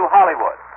Hollywood